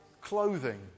clothing